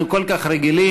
אנחנו כל כך רגילים,